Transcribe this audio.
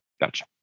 Gotcha